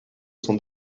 son